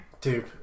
Dude